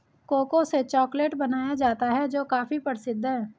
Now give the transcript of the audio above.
cocoa से chocolate बनाया जाता है जो काफी प्रसिद्ध है